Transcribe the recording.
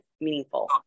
meaningful